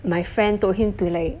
my friend told him to like